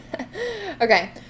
Okay